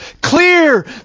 clear